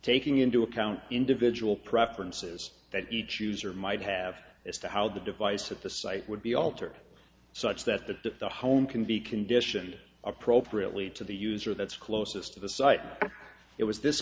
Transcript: taking into account individual preferences that each user might have as to how the device at the site would be altered such that the home can be conditioned appropriately to the user that's closest to the site and it was this